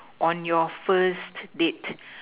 on your first date